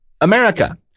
America